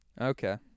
Okay